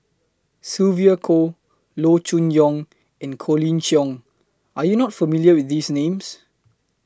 Sylvia Kho Loo Choon Yong and Colin Cheong Are YOU not familiar with These Names